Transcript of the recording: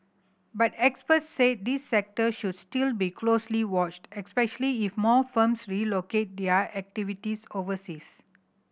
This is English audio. but experts said this sector should still be closely watched especially if more firms relocate their activities overseas